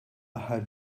aħħar